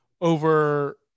over